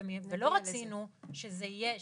ולא רצינו שיהיה